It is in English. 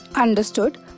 Understood